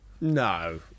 No